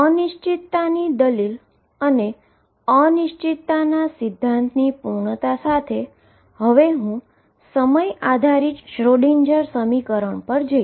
અનસર્ટેનીટીની દલીલ અને અનસર્ટેનીટીના સિદ્ધાંતની પૂર્ણતા સાથે હવે હું ટાઈમ આધારિત શ્રોડિંજર સમીકરણ પર જઇશ